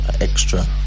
extra